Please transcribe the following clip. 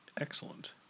Excellent